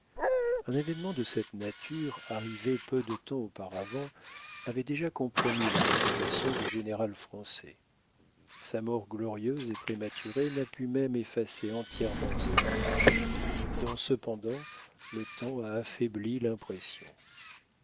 un événement de cette nature arrivé peu de temps auparavant avait déjà compromis la réputation du général français sa mort glorieuse et prématurée n'a pu même effacer entièrement cette tache dont cependant le temps a affaibli l'impression